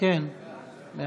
שלמה קרעי,